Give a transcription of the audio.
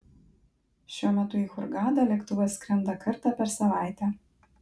šiuo metu į hurgadą lėktuvas skrenda kartą per savaitę